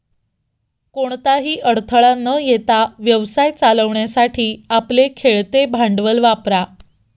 कोणताही अडथळा न येता व्यवसाय चालवण्यासाठी आपले खेळते भांडवल वापरा